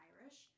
Irish